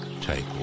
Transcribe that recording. Take